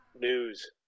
news